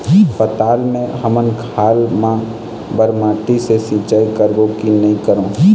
पताल मे हमन हाल मा बर माटी से सिचाई करबो की नई करों?